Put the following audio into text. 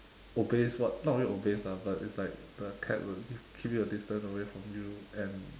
obeys what not really obeys ah but it's like the cat will give keep a distance away from you and